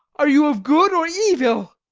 are you of good or evil?